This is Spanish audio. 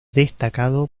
destacado